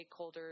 stakeholders